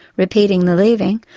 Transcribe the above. repeating the leaving,